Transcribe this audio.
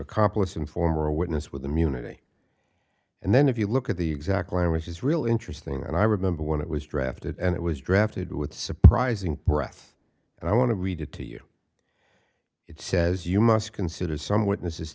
accomplice and former witness with the munity and then if you look at the exact line which is really interesting and i remember when it was drafted and it was drafted with surprising breath and i want to read it to you it says you must consider some witness